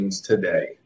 today